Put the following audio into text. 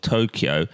Tokyo